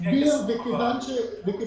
אני רק